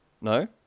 No